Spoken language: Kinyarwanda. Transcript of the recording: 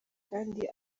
kandi